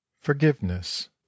FORGIVENESS